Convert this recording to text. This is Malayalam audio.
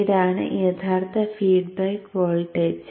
ഇതാണ് യഥാർത്ഥത്തിൽ ഫീഡ്ബാക്ക് വോൾട്ടേജ്